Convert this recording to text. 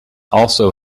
also